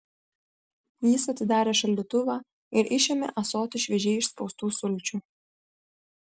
jis atidarė šaldytuvą ir išėmė ąsotį šviežiai išspaustų sulčių